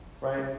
right